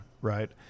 right